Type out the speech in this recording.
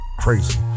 crazy